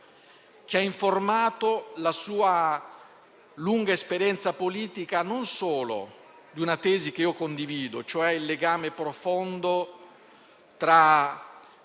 che ha informato la sua lunga esperienza politica non solo a una tesi che io condivido (il legame profondo tra